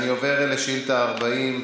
אני עובר לשאילתה 40,